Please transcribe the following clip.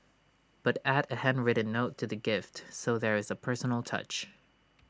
but add A handwritten note to the gift so there is A personal touch